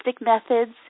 methods